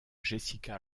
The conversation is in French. jessica